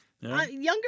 Younger